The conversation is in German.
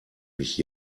mich